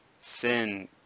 sin